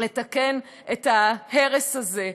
לתקן את ההרס הזה.